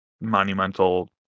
monumental